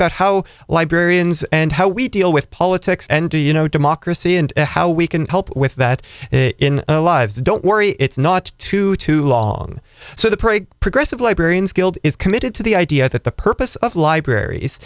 about how librarians and how we deal with politics and do you know democracy and how we can help with that in lives don't worry it's not too too long so the parade progressive librarians guild is committed to the idea that the purpose of libraries